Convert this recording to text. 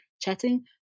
chatting